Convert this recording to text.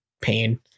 pain